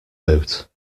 boot